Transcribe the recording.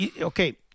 okay